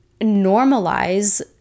normalize